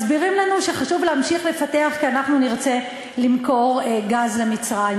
מסבירים לנו שחשוב להמשיך לפתח כי אנחנו נרצה למכור גז למצרים,